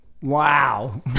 Wow